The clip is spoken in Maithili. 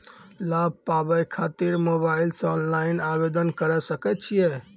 लाभ पाबय खातिर मोबाइल से ऑनलाइन आवेदन करें सकय छियै?